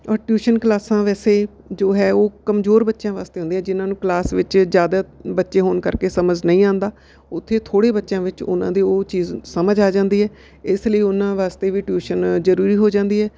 ਔਰ ਟਿਊਸ਼ਨ ਕਲਾਸਾਂ ਵੈਸੇ ਜੋ ਹੈ ਉਹ ਕਮਜ਼ੋਰ ਬੱਚਿਆਂ ਵਾਸਤੇ ਹੁੰਦੀਆ ਜਿੰਨਾਂ ਨੂੰ ਕਲਾਸ ਵਿੱਚ ਜ਼ਿਆਦਾ ਬੱਚੇ ਹੋਣ ਕਰਕੇ ਸਮਝ ਨਹੀਂ ਆਉਂਦਾ ਉੱਥੇ ਥੋੜ੍ਹੇ ਬੱਚਿਆਂ ਵਿੱਚ ਉਹਨਾਂ ਦੇ ਉਹ ਚੀਜ਼ ਸਮਝ ਆ ਜਾਂਦੀ ਹੈ ਇਸ ਲਈ ਉਹਨਾਂ ਵਾਸਤੇ ਵੀ ਟਿਊਸ਼ਨ ਜ਼ਰੂਰੀ ਹੋ ਜਾਂਦੀ ਹੈ